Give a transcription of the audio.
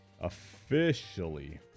officially